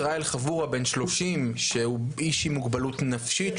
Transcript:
שיראל חבורה בן 30 שהוא איש עם מוגבלות נפשית,